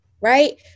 right